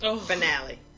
finale